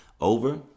over